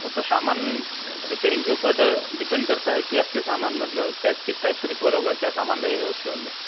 वो तो सामान रिपेयरिंग के उपर डिपेंड करता है कि आपके सामान मतलब किस टाइप से रिपेयर होगा क्या सामान लगेगा उसके अंदर